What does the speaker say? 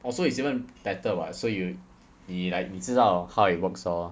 oh so it's even better [what] so you 你 like 你知道 how it works lor